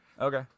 Okay